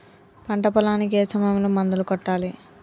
పంట పొలానికి ఏ సమయంలో మందులు కొట్టాలి?